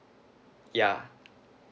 yeah